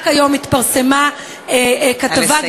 רק היום התפרסמה כתבה, נא לסיים.